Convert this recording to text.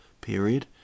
period